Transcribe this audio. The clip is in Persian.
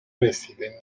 رسیده